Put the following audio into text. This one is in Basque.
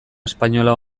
espainola